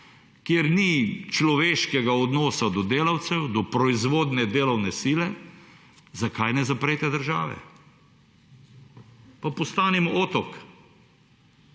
kjer ni človeškega odnosa do delavcev, do proizvodnje delovne sile, zakaj ne zaprete države, pa postanimo otok,